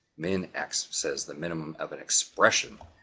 min x says, the minimum of an expression.